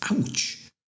Ouch